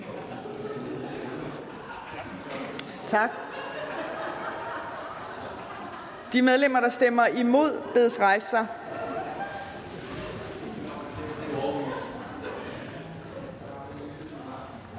Tak. De medlemmer, der stemmer imod, bedes rejse sig.